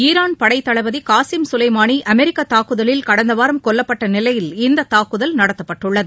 Iran படைத்தளபதி Qasim Soleimani அமெரிக்க தாக்குதலில் கடந்த வாரம் கொல்லப்பட்ட நிலையில் இந்த தாக்குதல் நடத்தப்பட்டுள்ளது